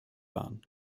waren